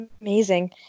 Amazing